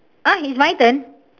ah is my turn